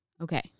Okay